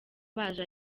baje